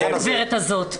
הגברת הזאת?